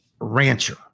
rancher